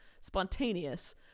spontaneous